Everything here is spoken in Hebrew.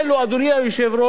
אדוני היושב-ראש,